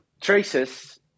traces